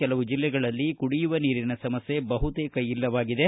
ಕೆಲವು ಜಿಲ್ಲೆಗಳಲ್ಲಿ ಕುಡಿಯುವ ನೀರಿನ ಸಮಸ್ವೆ ಬಹುತೇಕ ಇಲ್ಲವಾಗಿದೆ